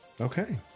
Okay